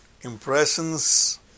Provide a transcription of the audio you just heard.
impressions